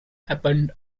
happened